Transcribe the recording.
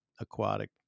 aquatic